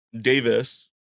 Davis